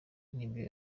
nibyo